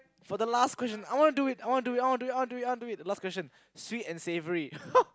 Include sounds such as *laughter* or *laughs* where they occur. for the last question I want to do it I want to do it I want to do it I want to do it I want to do it the last question sweet and savoury *laughs*